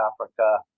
Africa